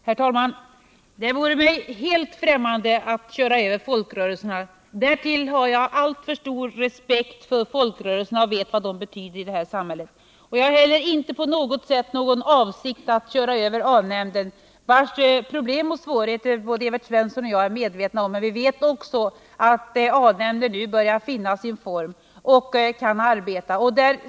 Herr talman! Det vore mig helt främmande att köra över folkrörelserna — därtill har jag alltför stor respekt för dem och vet vad de betyder i samhället. Jag har heller ingen avsikt att köra över A-nämnden, vars problem och svårigheter både Evert Svensson och jag är medvetna om. Men vi vet också att A-nämnden nu börjar finna sin form och kan arbeta effektivt.